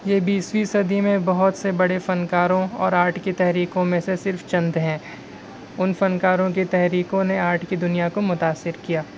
یہ بیسویں صدی میں بہت سے بڑے فنکاروں اور آٹ کی تحریکوں میں سے صرف چند ہیں ان فنکاروں کی تحریکوں نے آرٹ کی دنیا کو متاثر کیا